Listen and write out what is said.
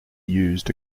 used